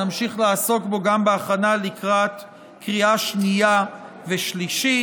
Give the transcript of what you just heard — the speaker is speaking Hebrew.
ונמשיך לעסוק בו גם בהכנה לקראת קריאה שנייה ושלישית.